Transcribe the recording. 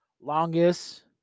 Longest